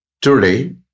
Today